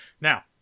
Now